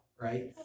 right